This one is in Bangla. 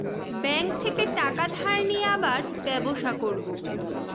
ব্যাঙ্ক থেকে টাকা ধার নিয়ে আবার ব্যবসা করবো